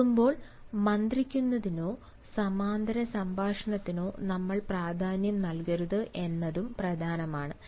കേൾക്കുമ്പോൾ മന്ത്രിക്കുന്നതിനോ സമാന്തര സംഭാഷണത്തിനോ നമ്മൾ പ്രാധാന്യം നൽകരുത് എന്നതും പ്രധാനമാണ്